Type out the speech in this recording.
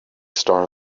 star